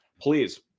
please